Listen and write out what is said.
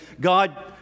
God